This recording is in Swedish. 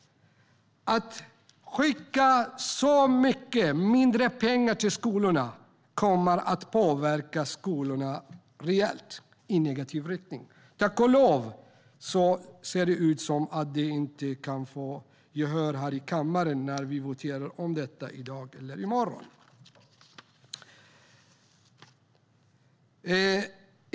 Att skicka så mycket mindre pengar till skolorna skulle påverka skolorna rejält, i negativ riktning. Tack och lov ser det ut som att man inte kommer att få gehör för det här i kammaren när vi ska votera om detta i dag eller i morgon.